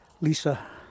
Lisa